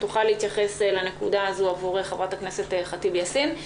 אם תוכל להתייחס לנקודה הזו עבור חברת הכנסת ח'טיב יאסין.